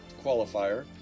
qualifier